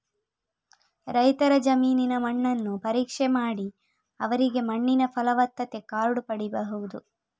ರೈತರ ಜಮೀನಿನ ಮಣ್ಣನ್ನು ಪರೀಕ್ಷೆ ಮಾಡಿ ಅವರಿಗೆ ಮಣ್ಣಿನ ಫಲವತ್ತತೆ ಕಾರ್ಡು ಪಡೀಬಹುದು